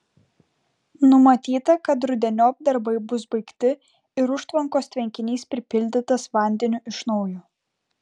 numatyta kad rudeniop darbai bus baigti ir užtvankos tvenkinys pripildytas vandeniu iš naujo